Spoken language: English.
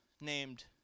named